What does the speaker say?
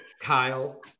Kyle